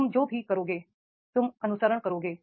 तुम जो भी करोगे तुम अनुसरण करोगे